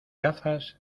gafas